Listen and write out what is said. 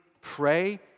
pray